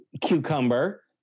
cucumber